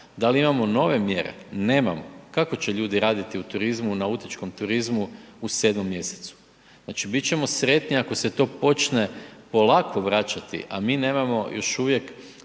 Da li imamo nove mjere? Nemamo. Kako će ljudi raditi u turizmu, nautičkom turizmu u 7 mjesecu? Znači bit ćemo sretni ako se to počne polako vraćati, a mi nemamo još uvijek